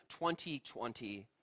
2020